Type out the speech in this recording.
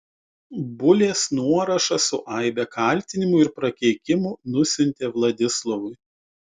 bulės nuorašą su aibe kaltinimų ir prakeikimų nusiuntė vladislovui